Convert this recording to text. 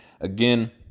Again